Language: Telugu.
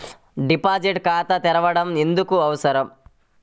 డిపాజిట్ ఖాతా తెరవడం ఎందుకు అవసరం?